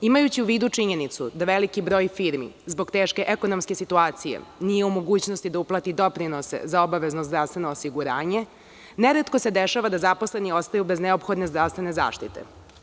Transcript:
Imajući u vidu činjenicu da veliki broj firmi zbog teške ekonomske situacije nije u mogućnosti da uplati doprinose za obavezno zdravstveno osiguranje neretko se dešava da zaposleni ostanu bez neophodne zdravstvene zaštite.